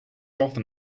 often